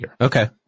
Okay